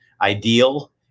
ideal